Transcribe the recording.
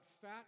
fat